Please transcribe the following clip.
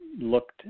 looked